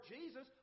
Jesus